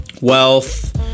wealth